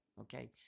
okay